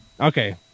Okay